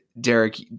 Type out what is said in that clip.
Derek